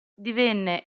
divenne